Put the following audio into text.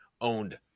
owned